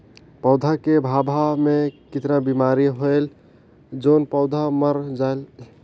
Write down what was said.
पौधा के गाभा मै कतना बिमारी होयल जोन पौधा मर जायेल?